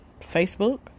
Facebook